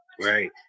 Right